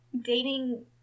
dating